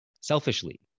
selfishly